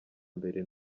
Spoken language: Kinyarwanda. mbere